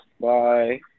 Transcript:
Bye